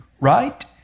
right